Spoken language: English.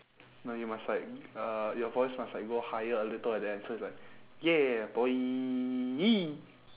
no you must like uh your voice must like go higher a little at the end so it's like ya boy